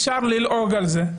אפשר ללעוג על זה,